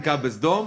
בסדום,